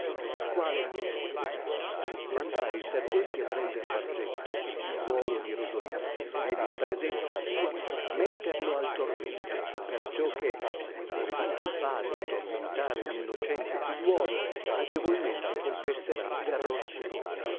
il qual é questo mandare i sergenti a prendere bargetto figliuolo di rosolino ed in presenza sua metterlo al tormento perciò che veduto il padre tormentare l innocente figliuolo agevolmente confesserà l error suo